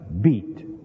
beat